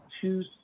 two